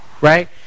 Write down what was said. Right